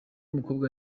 mukobwa